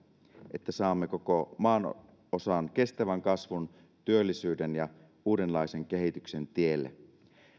että saamme koko maanosan kestävän kasvun työllisyyden ja uudenlaisen kehityksen tielle